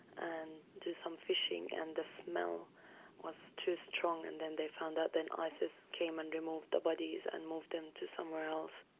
and do some fishing. and the smell was too strong and then they found out. and then isis came and removed the bodies and moved them to somewhere else.